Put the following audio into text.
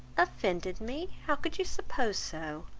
offended me! how could you suppose so?